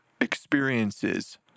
experiences